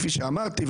כפי שאמרתי,